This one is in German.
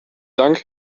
dank